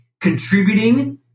contributing